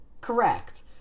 Correct